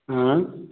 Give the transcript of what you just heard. हाँ